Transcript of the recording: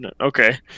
Okay